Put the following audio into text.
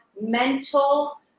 mental